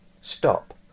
Stop